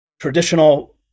traditional